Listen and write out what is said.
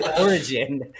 origin